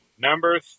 Number